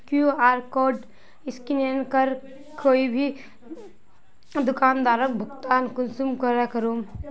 QR code scan करे कोई भी दुकानदारोक भुगतान कुंसम करे करूम?